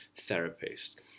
therapist